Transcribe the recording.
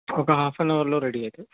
ఒక half an అవర్లో ready అవుతాయి